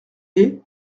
est